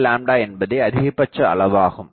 5 என்பதே அதிகபட்ச அளவு ஆகும்